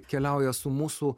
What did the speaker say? keliauja su mūsų